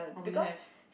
oh we don't have